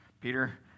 Peter